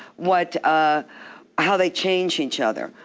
what, ah how they change each other,